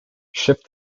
shift